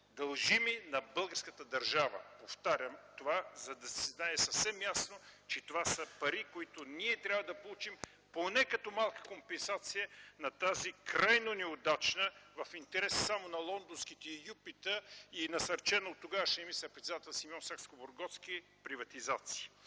дължими на българската държава. Повтарям това, за да се знае съвсем ясно, че това са пари, които трябва да получим поне като малка компенсация на тази крайно неудачна, в интерес само на лондонските юпита и насърчена от тогавашния министър-председател Симеон Сакскобургготски приватизация.